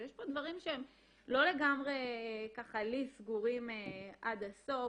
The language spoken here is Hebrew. יש פה דברים שהם לא לגמרי סגורים לי עד הסוף.